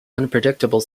unpredictable